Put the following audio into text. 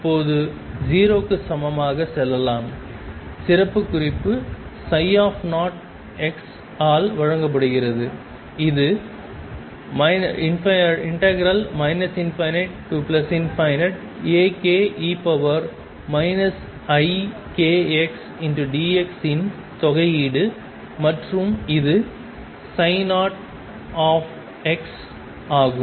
இப்போது 0 க்கு சமமாக சொல்லலாம் சிறப்புக் குறிப்பு 0 ஆல் வழங்கப்பட்டது இது ∞ Ake ikxdx இன் தொகையீடு மற்றும் இது 0 ஆகும்